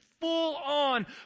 full-on